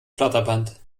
flatterband